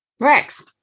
Rex